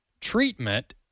treatment